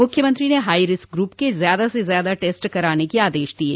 मुख्यमंत्री ने high risk group के ज्यादा से ज्यादा टेस्ट कराने के आदेश दिये